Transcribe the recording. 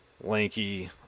lanky